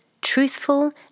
truthful